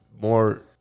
more